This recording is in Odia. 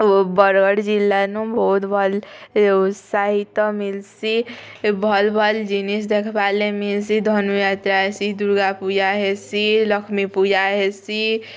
ଆଉ ବରଗଡ଼ ଜିଲ୍ଲାନୁ ବୋହୁତ୍ ଭଲ୍ ଉତ୍ସାହିତ ମିଲସି ଭଲ୍ ଭଲ୍ ଜିନିଷ୍ ଦେଖବାର୍ ଲାଗି ମିଲସି ଧନୁଯାତ୍ରା ହେସିଁ ଦୁର୍ଗାପୂଜା ହେସିଁ ଲକ୍ଷ୍ମୀପୂଜା ହେସିଁ